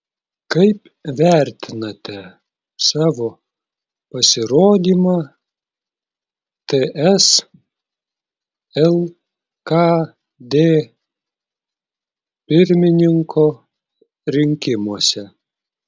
kaip vertinate savo pasirodymą ts lkd pirmininko rinkimuose